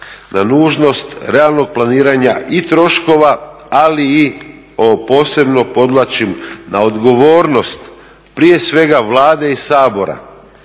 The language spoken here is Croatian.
na nužnost realnog planiranja i troškova, ali i ovo posebno podvlačim na odgovornost prije svega Vlade i Sabora